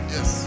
Yes